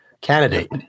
candidate